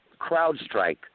CrowdStrike